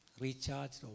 recharged